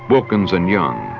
wilkins and young,